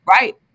Right